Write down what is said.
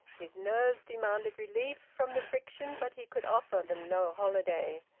his nerves demanded relief from the friction, but he could offer them no holiday,